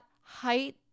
height